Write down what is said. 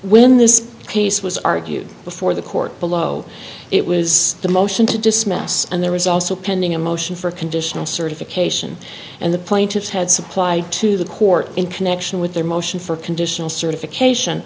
when this case was argued before the court below it was the motion to dismiss and there was also pending a motion for conditional certification and the plaintiffs had supplied to the court in connection with their motion for conditional certification